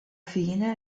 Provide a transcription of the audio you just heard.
fine